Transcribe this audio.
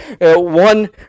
one